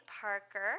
Parker